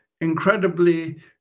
incredibly